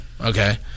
Okay